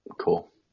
Cool